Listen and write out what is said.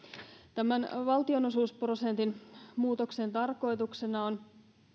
tämän valtionosuusprosentin muutoksen tarkoituksena on